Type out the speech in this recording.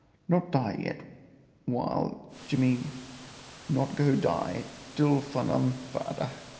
not die yet while jimmy not go die till fin' um fader.